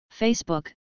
Facebook